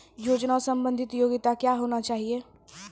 योजना संबंधित योग्यता क्या होनी चाहिए?